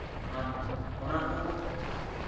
ᱟᱨ ᱚᱱᱟᱠᱩ